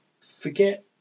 forget